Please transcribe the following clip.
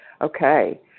Okay